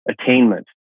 attainment